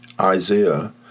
Isaiah